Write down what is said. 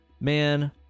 man